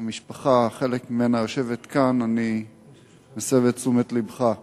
המשפחה, חלק ממנה יושב כאן, אני מסב את תשומת לבך.